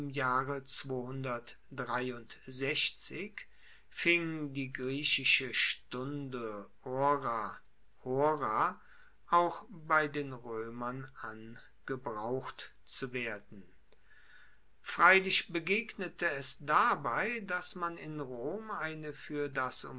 jahre fing die griechische stunde hora auch bei den roemern an gebraucht zu werden freilich begegnete es dabei dass man in rom eine fuer das